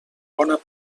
bona